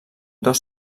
dos